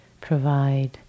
provide